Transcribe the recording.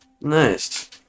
Nice